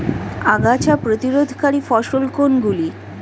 আগাছা প্রতিরোধকারী ফসল কোনগুলি?